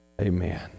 Amen